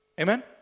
Amen